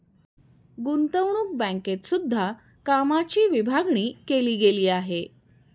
गुतंवणूक बँकेत सुद्धा कामाची विभागणी केली गेली आहे